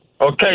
Okay